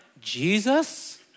Jesus